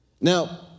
Now